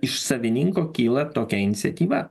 iš savininko kyla tokia iniciatyva